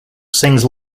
sings